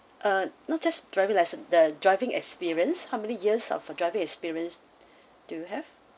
uh not just driving license the driving experience how many years of driving experience do you have